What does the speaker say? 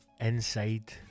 inside